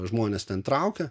žmonės ten traukia